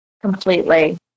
completely